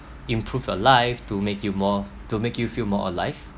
improve your life to make you more to make you feel more alive